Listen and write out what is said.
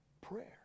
prayer